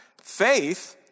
Faith